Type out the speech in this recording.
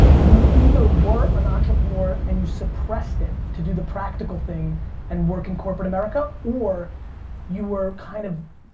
you either were an entrepreneur and you suppressed it to do the practical thing and work in corporate america, or you were kind of